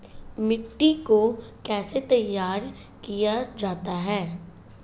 मिट्टी को कैसे तैयार किया जाता है?